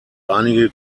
einige